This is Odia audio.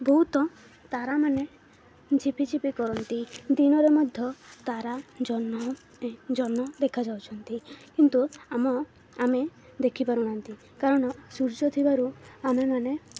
ବହୁତ ତାରାମାନେ ଝିପିଝିପି କରନ୍ତି ଦିନରେ ମଧ୍ୟ ତାରା ଜହ୍ନ ଜହ୍ନ ଦେଖାଯାଉଛନ୍ତି କିନ୍ତୁ ଆମ ଆମେ ଦେଖିପାରୁନାହାନ୍ତି କାରଣ ସୂର୍ଯ୍ୟ ଥିବାରୁ ଆମେମାନେ